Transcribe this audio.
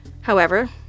However